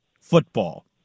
football